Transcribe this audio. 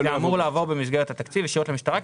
זה אמור לעבור במסגרת התקציב ישירות למשטרה,